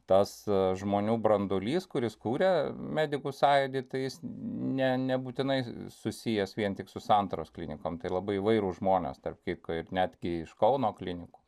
tas žmonių branduolys kuris kūrė medikų sąjūdį tai jis ne nebūtinai susijęs vien tik su santaros klinikom labai įvairūs žmonės tarp kitko ir netgi iš kauno klinikų